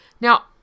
Now